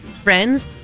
friends